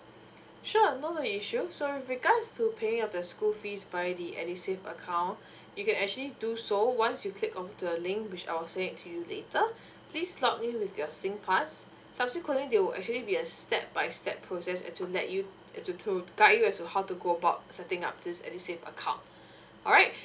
sure no issue so with regards to paying off the school fees by the edusave account you can actually do so once you click on the link which I will send it to you later please log in with your singpass subsequently there will actually be a step by step process and to let you uh to to guide you as to how to go about setting up this edusave account alright